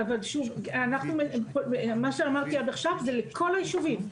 מה שאמרתי עד עכשיו הוא לכל הישובים,